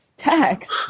text